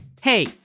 Hey